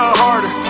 harder